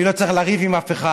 אני לא אצטרך לריב עם אף אחד,